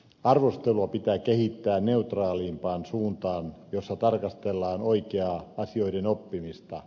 arvostelua pitää kehittää neutraalimpaan suuntaan jossa tarkastellaan oikeaa asioiden oppimista